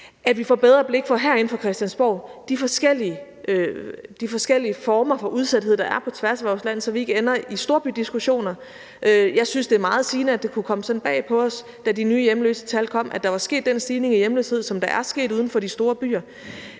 side får bedre blik for de forskellige former for udsathed, der er på tværs af vores land, så vi ikke ender i storbydiskussioner. Jeg synes, det er meget sigende, at det kunne komme sådan bag på os, da de nye hjemløsetal kom, at der var sket den stigning i hjemløshed uden for de store byer.